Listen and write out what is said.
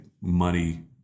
money